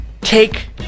take